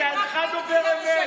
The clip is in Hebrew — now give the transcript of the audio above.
אתה אינך דובר אמת.